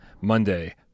Monday